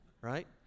right